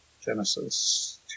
Genesis